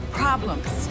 problems